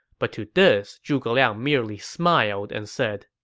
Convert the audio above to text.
but to this, zhuge liang merely smiled and said,